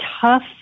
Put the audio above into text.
tough